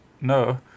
no